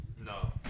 No